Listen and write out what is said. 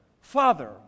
father